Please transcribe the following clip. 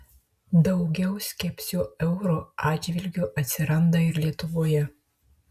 daugiau skepsio euro atžvilgiu atsiranda ir lietuvoje